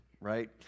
Right